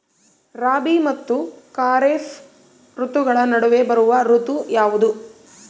ರಾಬಿ ಮತ್ತು ಖಾರೇಫ್ ಋತುಗಳ ನಡುವೆ ಬರುವ ಋತು ಯಾವುದು?